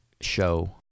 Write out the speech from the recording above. show